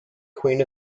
queen